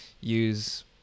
use